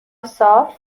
صاف